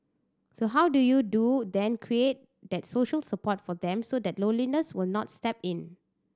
so how do you do then create that social support for them so that loneliness will not step in